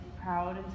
proud